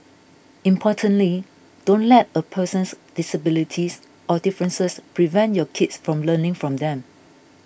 importantly don't let a person's disabilities or differences prevent your kids from learning from them